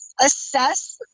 assess